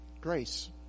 Grace